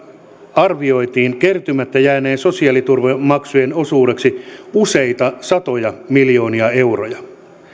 arvioitiin kertymättä jääneiden sosiaaliturvamaksujen osuudeksi useita satoja miljoonia euroja